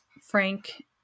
Frank